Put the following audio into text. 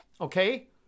okay